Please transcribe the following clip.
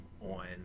on